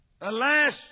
Alas